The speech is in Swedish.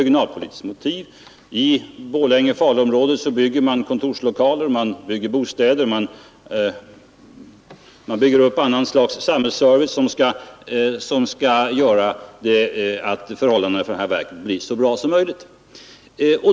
I Borlänge-Falunområdet byggs då kontorslokaler och bostäder, och det skapas olika slag av samhällsservice för att förhållandena för verket skall bli så bra som möjligt.